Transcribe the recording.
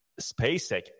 SpaceX